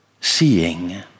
seeing